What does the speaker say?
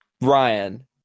Ryan